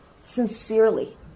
sincerely